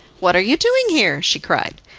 what are you doing here? she cried.